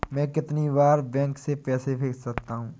मैं कितनी बार बैंक से पैसे भेज सकता हूँ?